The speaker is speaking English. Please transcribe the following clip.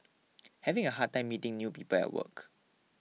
having a hard time meeting new people at work